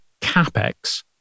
CapEx